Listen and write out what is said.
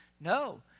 No